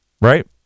right